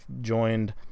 joined